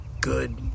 good